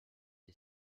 est